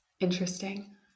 Interesting